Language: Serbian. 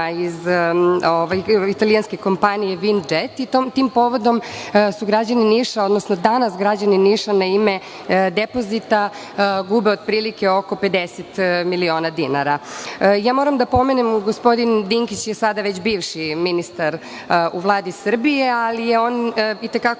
iz italijanske kompanije „Vind džet“ i tim povodom su građani Niša, odnosno danas građani Niša na ime depozita gube otprilike oko 50 miliona dinara. Moram da pomenem, gospodin Dinkić je sada već bivši ministar u Vladi Srbije, ali je on i te kako